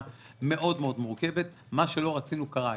מאוד-מאוד מורכבת ומה שלא רצינו קרה.